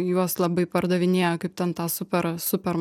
juos labai pardavinėja kaip ten tą super super